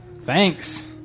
thanks